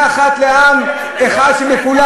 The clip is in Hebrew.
אתה כן מוכן.